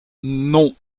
non